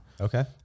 okay